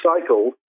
cycle